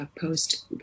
post